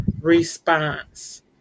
response